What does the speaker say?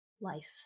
life